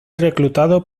reclutado